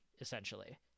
essentially